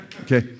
Okay